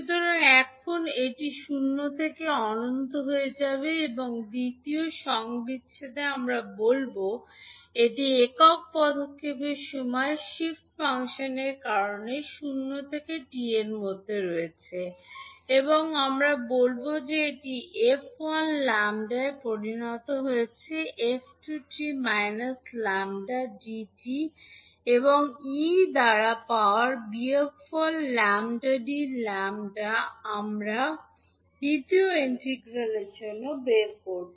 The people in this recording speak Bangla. সুতরাং এখন এটি শূন্য থেকে অনন্ত হয়ে যাবে এবং দ্বিতীয় সংবিচ্ছেদে আমরা বলব যে এটি একক পদক্ষেপের সময় শিফট ফাংশনের কারণে শূন্য থেকে tএর মধ্যে রয়েছে এবং আমরা বলব যে এটি এফ 1 ল্যাম্বডায় পরিণত হয়েছে f2 t minus lambda d t এবং e দ্বারা পাওয়ার বিয়োগফল ল্যাম্বদা ডি ল্যাম্বদা আমরা দ্বিতীয় ইন্টিগ্রালের জন্য বের করব